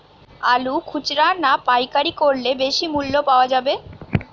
আলু খুচরা না পাইকারি করলে বেশি মূল্য পাওয়া যাবে?